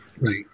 right